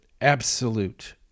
absolute